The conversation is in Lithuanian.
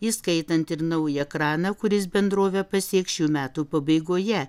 įskaitant ir naują kraną kuris bendrovę pasieks šių metų pabaigoje